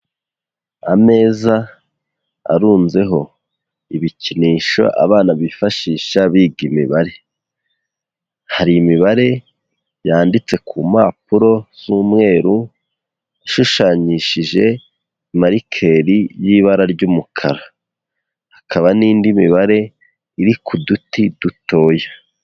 Ameza arunzeho ibikinisho abana bifashisha biga imibare, hari imibare yanditse ku mpapuro z'umweru ishushanyishije marikeri y'ibara ry'umukara, hakaba n'indi mibare iri ku duti dutoya.